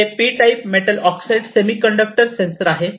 हे P type metal oxide semiconductor sensor आहे